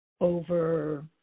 over